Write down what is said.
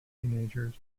teenagers